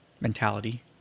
mentality